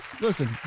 Listen